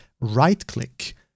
right-click